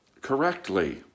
correctly